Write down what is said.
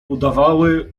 udawały